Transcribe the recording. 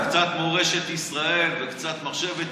וקצת מורשת ישראל וקצת מחשבת ישראל.